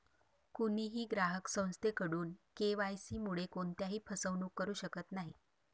कोणीही ग्राहक संस्थेकडून के.वाय.सी मुळे कोणत्याही फसवणूक करू शकत नाही